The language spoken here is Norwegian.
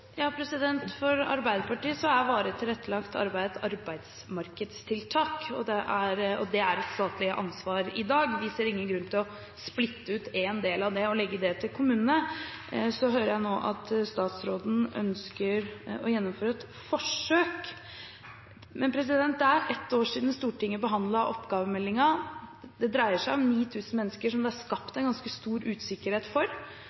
For Arbeiderpartiet er varig tilrettelagt arbeid et arbeidsmarkedstiltak. Det er et statlig ansvar i dag, od vi ser ingen grunn til å skille ut en del av det og legge det til kommunene. Så hører jeg nå at statsråden ønsker å gjennomføre et forsøk. Men det er ett år siden Stortinget behandlet oppgavemeldingen. Det dreier seg om 9 000 mennesker som det er skapt en ganske stor usikkerhet for,